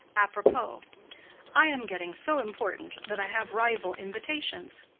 apropos i am getting so important that i have rival invitations.